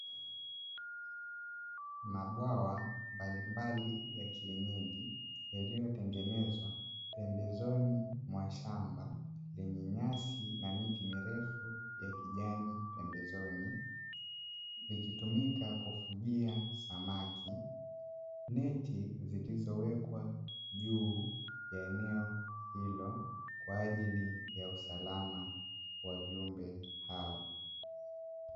Mabwawa mbalimbali ya kienyeji, yaliyotengenezwa pembezoni mwa shamba lenye nyasi na miti mirefu ya kijani pembezoni likitumika kufugia samaki, neti zilizowekwa juu ya eneo hilo kwa ajili ya usalama wa viumbe hao.